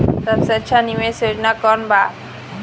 सबसे अच्छा निवेस योजना कोवन बा?